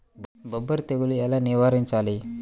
బొబ్బర తెగులు ఎలా నివారించాలి?